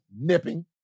nipping